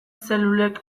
zelulek